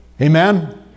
Amen